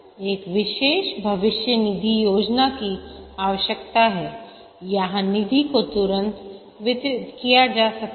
एक विशेष भविष्य निधि योजना की आवश्यकता है जहां निधि को तुरंत वितरित किया जा सकता है